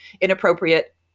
inappropriate